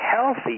healthy